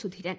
Sudheeran